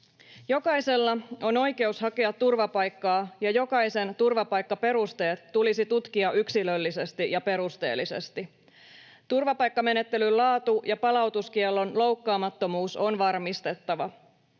Jokaisella on oikeus hakea turvapaikkaa, ja jokaisen turvapaikkaperusteet tulisi tutkia yksilöllisesti ja perusteellisesti. Turvapaikkamenettelyn laatu- ja palautuskiellon loukkaamattomuus on varmistettava.